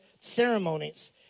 ceremonies